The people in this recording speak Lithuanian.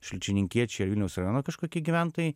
šalčininkiečiai vilniaus rajono kažkokie gyventojai